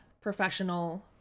professional